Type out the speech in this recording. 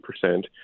percent